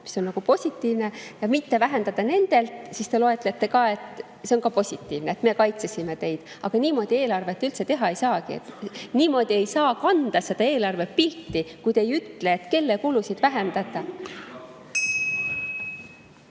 see on ju positiivne – ja mitte vähendada nendelt. Siis te [ütlete], et see on positiivne, et me kaitsesime teid. Aga niimoodi eelarvet üldse teha ei saagi. Niimoodi ei saa kanda seda [muudatust] eelarvepilti, kui te ei ütle, kelle kulusid vähendada.